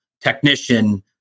technician